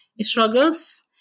struggles